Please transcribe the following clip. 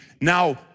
Now